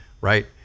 right